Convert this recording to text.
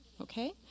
Okay